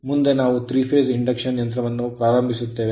ಆದ್ದರಿಂದ ಮುಂದೆ ನಾವು 3 ಫೇಸ್ ಇಂಡಕ್ಷನ್ ಯಂತ್ರವನ್ನು ಪ್ರಾರಂಭಿಸುತ್ತೇವೆ